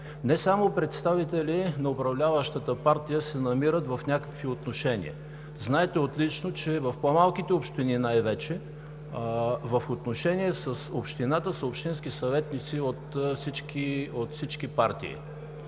Не само представители на управляващата партия се намират в някакви отношения. Знаете отлично, че в по-малките общини най-вече в отношения с общината са общински съветници от всички партии.